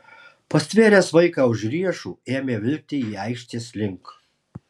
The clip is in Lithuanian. pastvėręs vaiką už riešų ėmė vilkti jį aikštės link